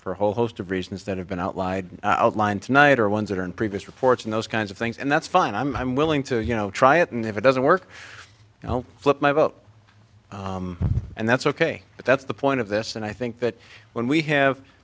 for a whole host of reasons that have been out lie i'll blind tonight or ones that are in previous reports and those kinds of things and that's fine i'm willing to you know try it and if it doesn't work i'll flip my vote and that's ok but that's the point of this and i think that when we have